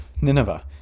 Nineveh